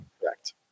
Correct